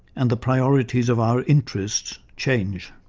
and the priorities of our interests, change.